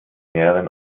mehreren